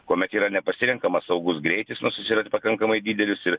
kuomet yra nepasirenkamas saugus greitis nors jis yra ir pakankamai didelis ir